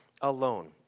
alone